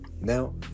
Now